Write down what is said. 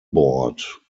board